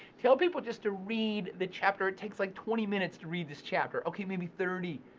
tell people just to read the chapter. it takes like twenty minutes to read this chapter. okay, maybe thirty.